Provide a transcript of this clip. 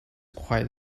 quite